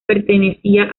pertenecía